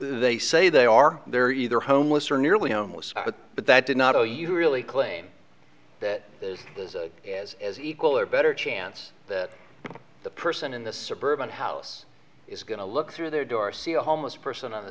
they say they are they're either homeless or nearly homeless but but that did not oh you really claim that this is as is equal or better chance that the person in this suburban house is going to look through their door see a homeless person on the